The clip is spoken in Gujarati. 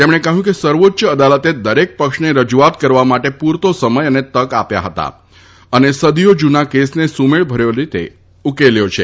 તેમણે કહ્યું કે સર્વોચ્ય અદાલતે દરેક પક્ષને રજૂઆત કરવા માટે પૂરતો સમય અને તક આપ્યો હતો અને સદીઓ જૂના કેસને સુમેળભર્યા રીતે ઉકેલ્યો છે